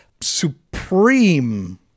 Supreme